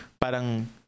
parang